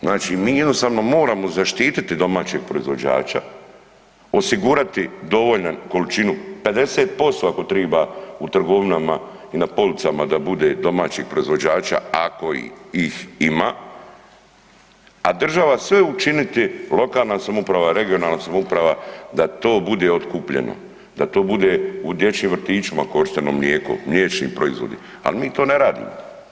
Znači mi jednostavno moramo zaštititi domaćeg proizvođača, osigurati dovoljnu količinu, 50% ako triba u trgovinama i na policama da bude domaćih proizvođača a kojih ima a država sve učiniti, lokalna samouprava, regionalna samouprava da to bude otkupljeno, da to bude u dječjim vrtićima korišteno mlijeko, mliječni proizvode a mi to ne radimo.